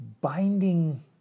binding